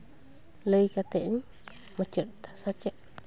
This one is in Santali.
ᱞᱟᱹᱭ ᱠᱟᱛᱮᱫ ᱤᱧ ᱢᱩᱪᱟᱹᱫ ᱫᱟ ᱥᱮ ᱪᱮᱫ